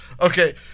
Okay